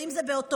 אם זה באוטובוסים,